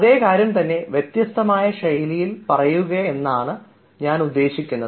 അതേ കാര്യം തന്നെ വ്യത്യസ്തമായ ശൈലിയിൽ പറയുക എന്നാണ് ഞാൻ ഉദ്ദേശിക്കുന്നത്